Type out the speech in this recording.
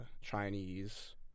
Chinese